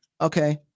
Okay